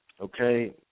okay